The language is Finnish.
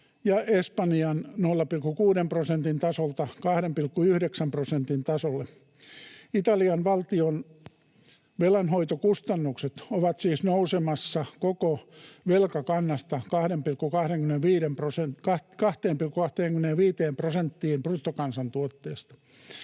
ja Espanjan 0,6 prosentin tasolta 2,9 prosentin tasolle. Italian valtion velanhoitokustannukset ovat siis nousemassa koko velkakannasta 2,25 prosenttiin bruttokansantuotteesta.